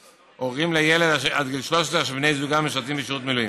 הורים לילד עד גיל 13 אשר בני זוגם משרתים בשירות מילואים.